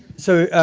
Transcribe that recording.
so,